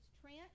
Trent